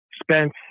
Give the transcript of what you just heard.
Spence